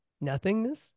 nothingness